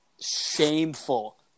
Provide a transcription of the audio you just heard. shameful